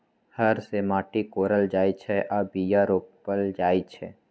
हर से माटि कोरल जाइ छै आऽ बीया रोप्ल जाइ छै